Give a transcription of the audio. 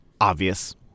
obvious